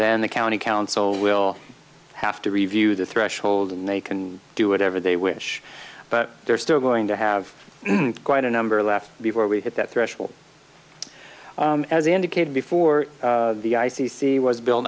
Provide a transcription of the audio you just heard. then the county council will have to review the threshold and they can do whatever they wish but they're still going to have quite a number left before we hit that threshold as i indicated before the i c c was built